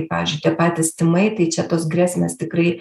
pavyzdžiui tie patys tymai tai čia tos grėsmės tikrai